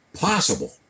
possible